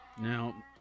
Now